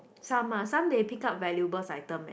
some ah some they pick up valuables item eh